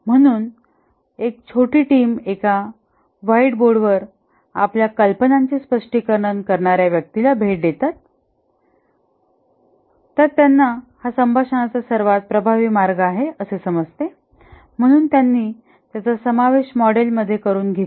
म्हणून एक छोटी टीम एका व्हाईट बोर्ड वर आपल्या कल्पनांचे स्पष्टीकरण करणाऱ्या व्यक्तीला भेट देतात त्यात त्यांना हा संभाषणाचा सर्वात प्रभावी मार्ग आहे असे समजते म्हणून त्यांनी त्याचा समावेश मॉडेल मध्ये करून घेतला